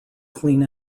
clean